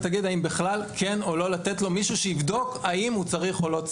וכדי שהיא תגיד האם לתת למישהו שיבדוק האם הוא צריך או לא.